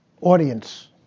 Audience